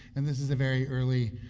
and this is a very early,